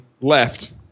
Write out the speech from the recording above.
left